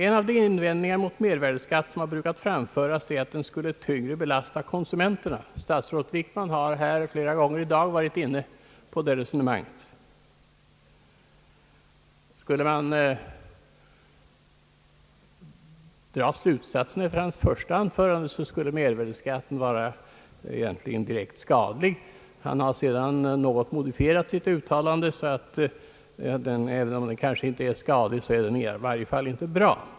En av de invändningar mot mervärdeskatt som brukar framföras är att den skulle belasta konsumenterna. Statsrådet Wickman har flera gånger i dag varit inne på det resonemanget. Skulle man dra slutsatsen efter hans första anförande, skulle mervärdeskatt vara direkt skadlig. Senare har han modifierat sitt uttalande, så att skatten, även om den inte är skadlig, i varje fall inte är bra.